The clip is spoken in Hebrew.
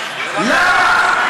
למה?